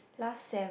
last sem